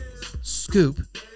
Scoop